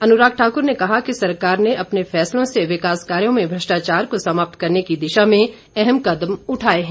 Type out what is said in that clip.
अनुराग ठाकुर ने कहा कि सरकार ने अपने फैसलों से विकास कार्यों में भ्रष्टाचार को समाप्त करने की दिशा में अहम कदम उठाए हैं